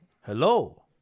hello